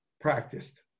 practiced